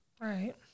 Right